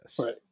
Right